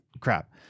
crap